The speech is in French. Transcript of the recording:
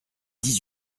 dix